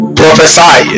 prophesy